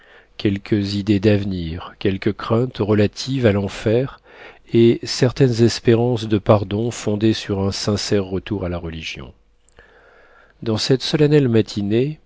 quelques idées d'avenir quelques craintes relatives à l'enfer et certaines espérances de pardon fondées sur un sincère retour à la religion dans cette solennelle matinée